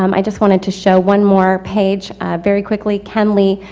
um i just wanted to show one more page very quickly. can we,